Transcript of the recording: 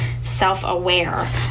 self-aware